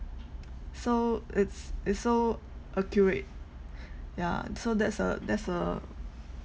so it's it's so accurate ya so that's a that's a